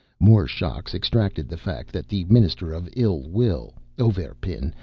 more shocks extracted the fact that the minister of ill-will, auverpin,